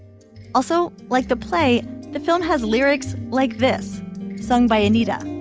also like the play the film has lyrics like this sung by anita.